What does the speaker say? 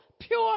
pure